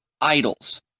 idols